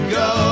go